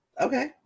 Okay